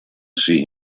see